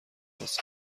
لباس